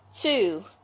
Two